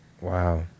Wow